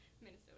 Minnesota